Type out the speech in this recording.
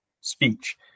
speech